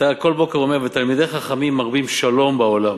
אתה כל בוקר אומר "תלמידי חכמים מרבים שלום בעולם"